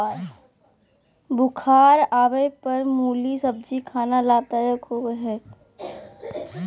बुखार आवय पर मुली सब्जी खाना लाभदायक होबय हइ